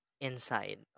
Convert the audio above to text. Inside